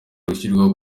gushyiraho